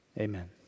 Amen